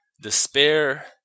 despair